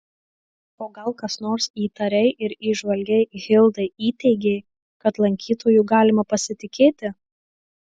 o gal kas nors įtariai ir įžvalgiai hildai įteigė kad lankytoju galima pasitikėti